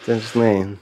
ten žinai